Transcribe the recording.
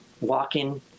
walking